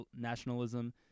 nationalism